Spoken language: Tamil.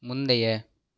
முந்தைய